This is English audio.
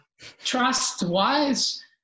Trust-wise